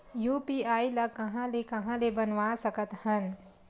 UPI ल कहां ले कहां ले बनवा सकत हन?